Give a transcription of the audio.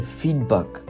feedback